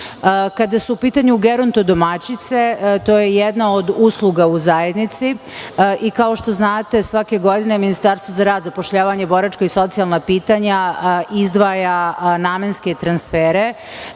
su u pitanju geronto domaćice to je jedna od usluga u zajednici, i kao što znate svake godine Ministarstvo za rad, zapošljavanje, boračka i socijalna pitanja izdvaja namenske transfere